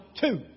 two